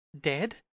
dead